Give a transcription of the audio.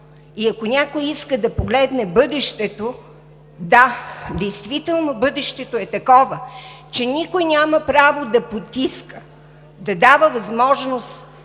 и, ако някой иска да погледне бъдещето, да, действително бъдещето е такова, че никой няма право да потиска, трябва да дава възможност